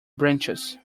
branches